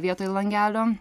vietoj langelio